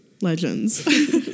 legends